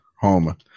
home